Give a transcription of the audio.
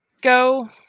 go